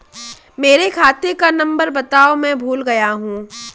मेरे खाते का नंबर बताओ मैं भूल गया हूं